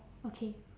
okay